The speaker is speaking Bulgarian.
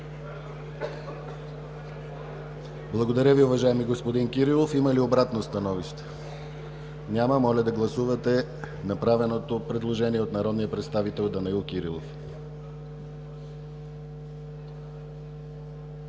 Благодаря Ви, уважаеми господин Кирилов. Има ли обратно становище? Няма. Моля да гласувате направеното предложение от народния представител Данаил Кирилов.